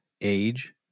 age